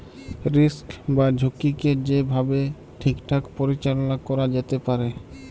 risk বা ঝুঁকিকে যে ভাবে ঠিকঠাক পরিচাললা ক্যরা যেতে পারে